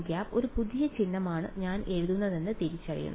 nˆ ഒരു പുതിയ ചിഹ്നമാണ് ഞാൻ എഴുതുന്നതെന്ന് തിരിച്ചറിയുന്നു